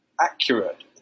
accurate